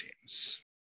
teams